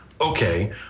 Okay